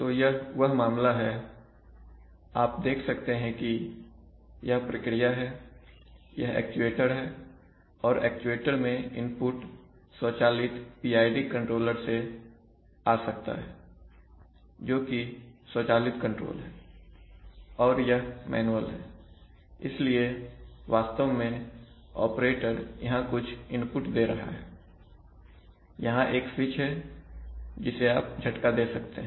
तो यह वह मामला है आप देख सकते हैं कि यह प्रक्रिया है यह एक्चुएटर है और एक्चुएटर में इनपुट स्वचालित PID कंट्रोलर से आ सकता हैजोकि स्वचालित कंट्रोल है और यह मैनुअल है इसलिए वास्तव में ऑपरेटर यहां कुछ इनपुट दे रहा है यहां एक स्विच है जिसे आप झटका दे सकते हैं